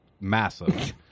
massive